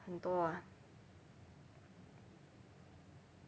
很多 ah